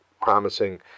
promising